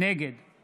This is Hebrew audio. נגד מופיד